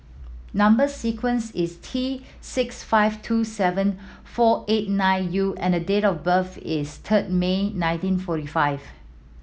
number sequence is T six five two seven four eight nine U and the date of birth is third May nineteen forty five